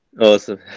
Awesome